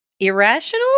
irrational